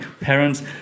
Parents